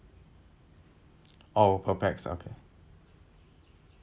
oh per pax okay